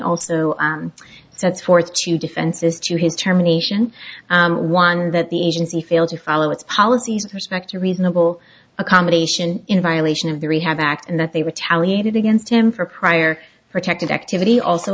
also sets forth to defenses to his terminations one are that the agency failed to follow its policies perspecta reasonable accommodation in violation of the rehab act and that they retaliated against him for prior protected activity also